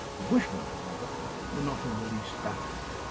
the bushmen however were not in the least baffled.